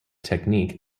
technique